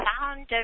sound